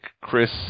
Chris